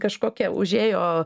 kažkokia užėjo